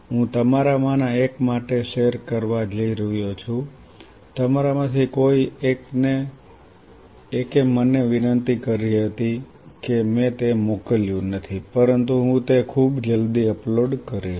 હું તમારા માંના એક માટે શેર કરવા જઈ રહ્યો છું તમારા માંથી કોઈ એકે મને વિનંતી કરી હતી કે મેં તે મોકલ્યું નથી પરંતુ હું તે ખૂબ જલ્દી અપલોડ કરીશ